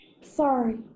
Sorry